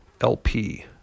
LP